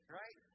right